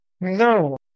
No